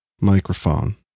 microphone